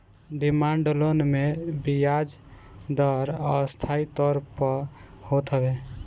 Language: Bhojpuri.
डिमांड लोन मे बियाज दर अस्थाई तौर पअ होत हवे